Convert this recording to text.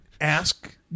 ask